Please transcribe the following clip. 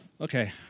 okay